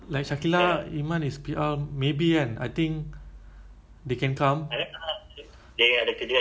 eh I I think already six months they never collect the mailbox I think berlambak ah mail dia